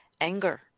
anger